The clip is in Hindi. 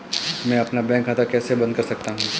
मैं अपना बैंक खाता कैसे बंद कर सकता हूँ?